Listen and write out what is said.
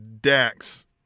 Dax